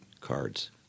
cards